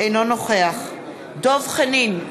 אינו נוכח דב חנין,